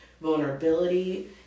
vulnerability